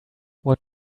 what